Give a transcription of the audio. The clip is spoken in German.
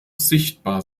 sichtbar